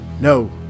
No